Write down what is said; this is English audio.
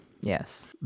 Yes